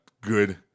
good